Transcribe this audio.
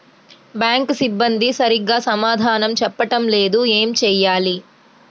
Bank సిబ్బంది సరిగ్గా సమాధానం చెప్పటం లేదు ఏం చెయ్యాలి?